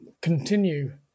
continue